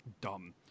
Dumb